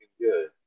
good